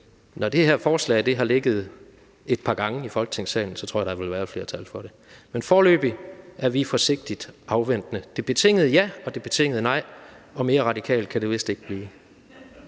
når det her forslag har været behandlet et par gange her i Folketingssalen, så vil der være et flertal for det. Men foreløbig er vi forsigtigt afventende. Det er et betinget ja og et betinget nej, og mere radikalt kan det næsten ikke blive.